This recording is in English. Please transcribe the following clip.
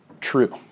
true